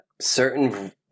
Certain